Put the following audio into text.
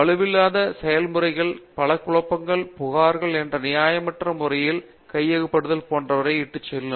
வலுவில்லாத செயல்முறைகள் பல குழப்பங்கள் புகார்கள் மற்றும் நியாயமற்ற முறையில் கையகப்படுத்துதல் போன்றவற்றிற்கு இட்டுச்செல்லும்